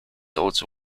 also